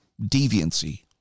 deviancy